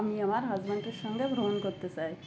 আমি আমার হাসব্যান্ডের সঙ্গে ভ্রমণ করতে চাই